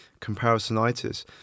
comparisonitis